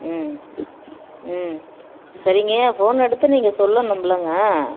ம் ம் சரிங்க ஃபோன் எடுத்து நீங்கள் சொல்லணும்லங்க